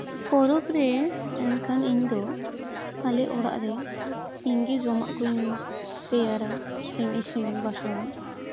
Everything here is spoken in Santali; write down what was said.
ᱯᱚᱨᱚᱵᱽ ᱨᱮ ᱮᱱᱠᱷᱟᱱ ᱤᱧᱫᱚ ᱟᱞᱮ ᱚᱲᱟᱜ ᱨᱮ ᱤᱧᱜᱮ ᱡᱚᱢᱟᱜ ᱠᱚᱧ ᱛᱮᱭᱟᱨᱟ ᱥᱮᱧ ᱤᱥᱤᱱ ᱵᱟᱥᱟᱝᱼᱟ